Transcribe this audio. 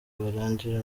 barangije